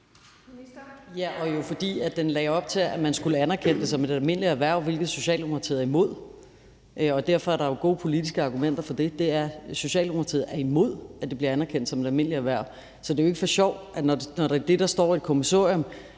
var jo, fordi den lagde op til, at man skulle anerkende det som et almindeligt erhverv, hvilket Socialdemokratiet er imod, og derfor er der jo gode politiske argumenter for det, og det er, at Socialdemokratiet er imod, at det bliver anerkendt som et almindeligt erhverv. Så det er jo, i forhold til det, der står i det kommissorium,